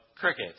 cricket